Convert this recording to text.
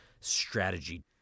strategy